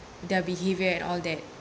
their behaviour and all that